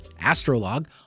Astrolog